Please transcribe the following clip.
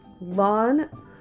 Lawn